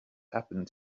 happened